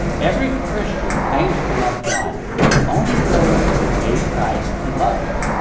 every christian claims to love god. but only those who obey christ can love him,